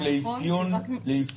מכיוון שהלשכה מתנגדת,